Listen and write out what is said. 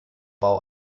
bau